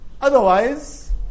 Otherwise